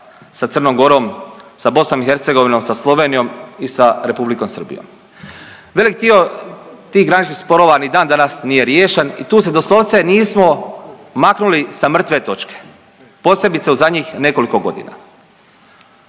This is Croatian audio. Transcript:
sa Crnom Gorom, sa BiH, sa Slovenijom i sa Republikom Srbijom. Velik dio tih graničnih sporova ni dan danas nije riješen i tu se doslovce nismo maknuli sa mrtve točke, posebice u zadnjih nekoliko godina.